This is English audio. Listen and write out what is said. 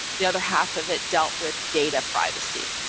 the other half of it dealt with data privacy.